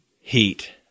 heat